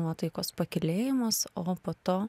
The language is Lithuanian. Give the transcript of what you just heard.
nuotaikos pakylėjimas o po to